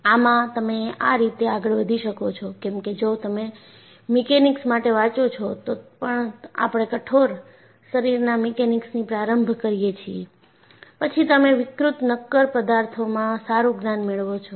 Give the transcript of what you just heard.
આમાં તમે આ રીતે આગળ વધી શકો છો કેમ કે જો તમે મિકેનિક્સ માટે વાંચો છો તો પણ આપણે કઠોર શરીરના મિકેનિક્સથી પ્રારંભ કરીએ છીએ પછીતમે વિકૃત નક્કર પદાર્થોમાં સારું જ્ઞાન મેળવો છો